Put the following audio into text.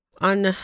On